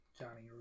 Johnny